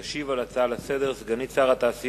תשיב על ההצעה לסדר-היום סגנית שר התעשייה,